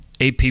AP